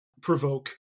provoke